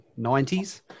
90s